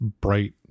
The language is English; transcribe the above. bright